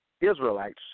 Israelites